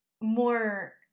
more